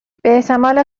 باحتمال